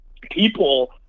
people